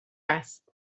است